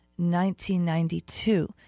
1992